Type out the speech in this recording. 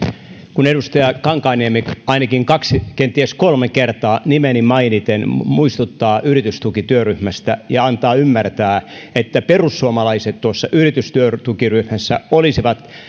kun edustaja kankaanniemi ainakin kaksi kenties kolme kertaa nimeni mainiten muistuttaa yritystukityöryhmästä ja antaa ymmärtää että perussuomalaiset tuossa yritystukityöryhmässä olisivat